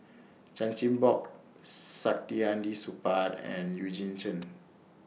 Chan Chin Bock Saktiandi Supaat and Eugene Chen